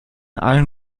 allen